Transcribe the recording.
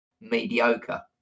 mediocre